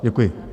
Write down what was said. Děkuji.